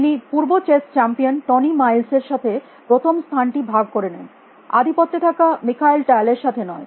তিনি পূর্ব chess champion Tony Miles এর সাথে প্রথম স্থান টি ভাগ করে নেন আধিপত্যে থাকা মিখাইল টাল এর সাথে নয়